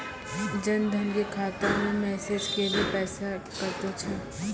जन धन के खाता मैं मैसेज के भी पैसा कतो छ?